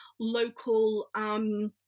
local